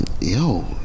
Yo